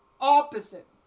opposite